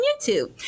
YouTube